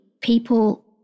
people